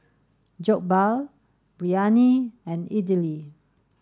Jokbal Biryani and Idili